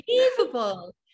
Unbelievable